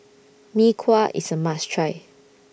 Mee Kuah IS A must Try